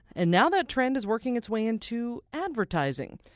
and now that trend is working its way into advertising.